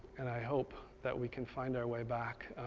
and i hope that we can find our way back